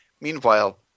Meanwhile